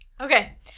Okay